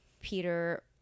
Peter